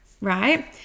right